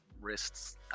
wrists